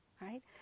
right